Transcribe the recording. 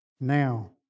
now